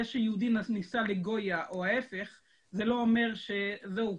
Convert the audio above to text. זה שיהודי נישא לגויה או ההיפך זה לא אומר שזהו,